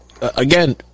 again